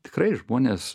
tikrai žmonės